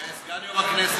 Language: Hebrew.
וסגן יו"ר הכנסת.